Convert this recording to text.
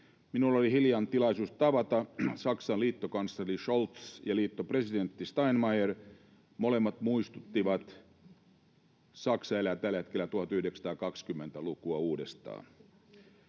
Minulla oli hiljan tilaisuus tavata Saksan liittokansleri Scholz ja liittopresidentti Steinmeier. Molemmat muistuttivat: Saksa elää tällä hetkellä 1920-lukua uudestaan.